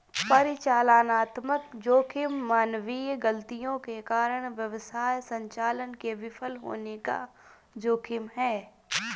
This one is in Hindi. परिचालनात्मक जोखिम मानवीय गलतियों के कारण व्यवसाय संचालन के विफल होने का जोखिम है